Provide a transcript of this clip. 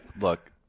Look